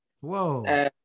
Whoa